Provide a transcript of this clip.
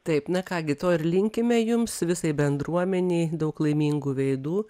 taip na ką gi to ir linkime jums visai bendruomenei daug laimingų veidų